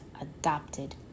adopted